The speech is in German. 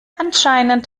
anscheinend